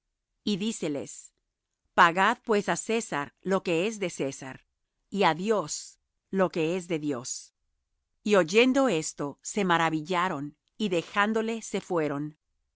y díceles pagad pues á césar lo que es de césar y á dios lo que es de dios y oyendo esto se maravillaron y dejándole se fueron